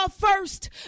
first